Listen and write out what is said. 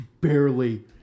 barely